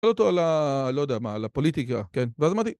תשאל אותו על לא יודע מה, על הפוליטיקה, כן, ואז אמרתי.